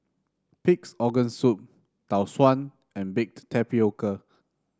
Pig's Organ Soup Tau Suan and Baked Tapioca